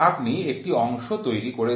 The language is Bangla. আপনি একটি অংশ তৈরি করেছেন